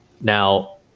Now